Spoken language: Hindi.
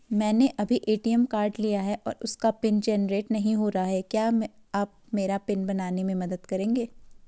मैंने अभी ए.टी.एम कार्ड लिया है और उसका पिन जेनरेट नहीं हो रहा है क्या आप मेरा पिन बनाने में मदद करेंगे?